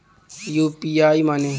UPI माने?